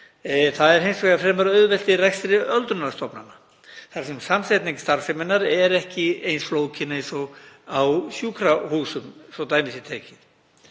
Það er hins vegar fremur auðvelt í rekstri öldrunarstofnana þar sem samsetning starfseminnar er ekki eins flókin og á sjúkrahúsum, svo dæmi sé tekið.